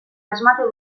asmatu